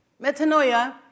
Metanoia